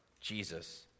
Jesus